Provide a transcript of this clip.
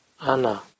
Ana